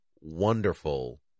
wonderful